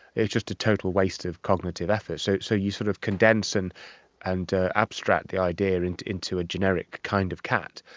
it's just a total waste of cognitive effort. so so you sort of condense and and ah abstract the idea into into a generic kind of cat.